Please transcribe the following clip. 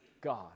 God